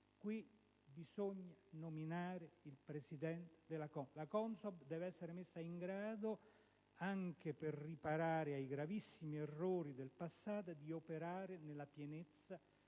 Bisogna nominare il Presidente della CONSOB. La CONSOB deve essere messa in grado, anche per riparare ai gravissimi errori del passato, di operare nella pienezza